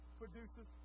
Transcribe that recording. produces